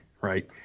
right